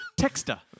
Texter